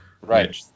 Right